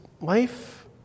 life